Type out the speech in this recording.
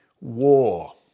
war